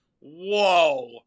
Whoa